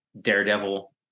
daredevil